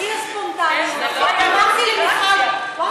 בשיא הספונטניות אמרתי למיכל, ולא היה,